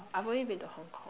I've only been to Hong-Kong